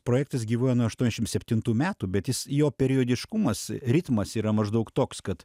projektas gyvuoja nuo aštuoniasdešim septintų metų bet jis jo periodiškumas ritmas yra maždaug toks kad